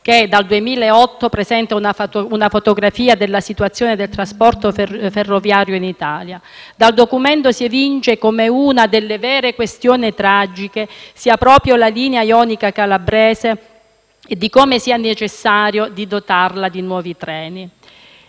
che dal 2008 presenta una fotografia della situazione del trasporto ferroviaria in Italia. Dal documento si evince che una questione veramente tragica sia proprio quella della linea ionica calabrese, che è necessario dotare di nuovi treni.